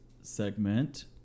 segment